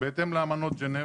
בהתאם לאמנות ג'נבה.